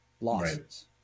losses